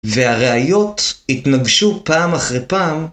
והראיות התנגשו פעם אחרי פעם.